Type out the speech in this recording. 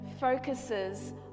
focuses